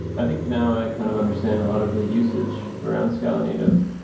i think now i kind of understand a lot of the usage around scala-native.